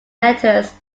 letters